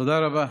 תודה רבה.